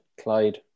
Clyde